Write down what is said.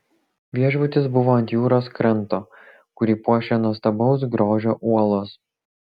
viešbutis buvo ant jūros kranto kurį puošia nuostabaus grožio uolos